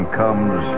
comes